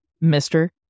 Mister